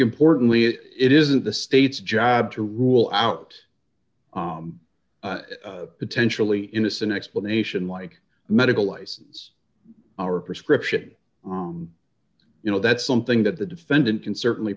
importantly it is of the state's job to rule out potentially innocent explanation like medical license or prescription you know that's something that the defendant can certainly